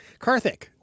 Karthik